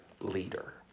leader